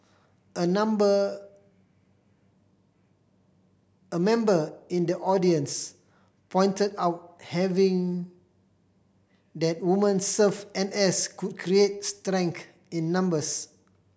a number a member in the audience pointed out having that woman serve N S could create in numbers